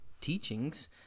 teachings